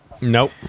nope